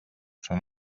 són